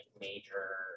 major